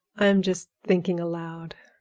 i am just thinking aloud.